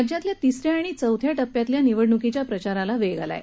राज्यातल्या तिस या आणि चौथ्या टप्प्यातल्या निवडणुकीच्या प्रचाराला वेग आला आहे